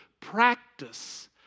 practice